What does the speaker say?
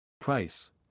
Price